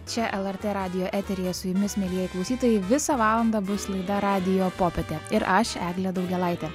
čia lrt radijo eteryje su jumis mielieji klausytojai visą valandą bus laida radijo popietė ir aš eglė daugėlaitė